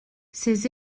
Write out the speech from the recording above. ces